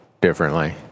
differently